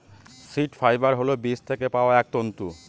seed fibre হল বীজ থেকে পাওয়া এক তন্তু